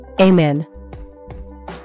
Amen